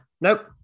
nope